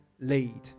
lead